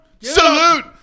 Salute